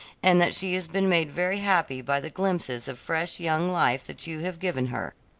and that she has been made very happy by the glimpses of fresh, young life that you have given her.